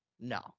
No